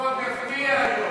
איפה הכאפיה היום?